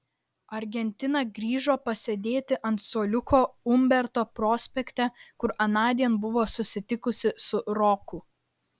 argentina grįžo pasėdėti ant suoliuko umberto prospekte kur anądien buvo susitikusi su roku